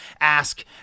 ask